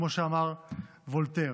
כמו שאמר וולטר.